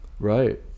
Right